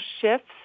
shifts